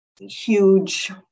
huge